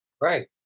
right